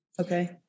Okay